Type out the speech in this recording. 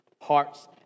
hearts